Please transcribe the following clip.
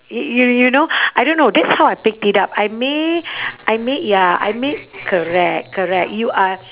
you you you know I don't know that's how I picked it up I may I may ya I may correct correct you are